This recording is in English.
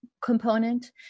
component